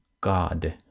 god